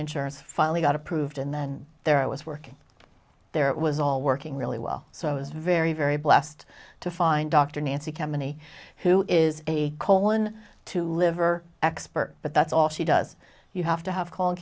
insurance finally got approved and then there i was working there it was all working really well so i was very very blessed to find dr nancy company who is a colon to liver expert but that's all she does you have to have c